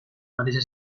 mateixa